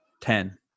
Ten